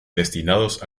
destinados